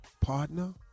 partner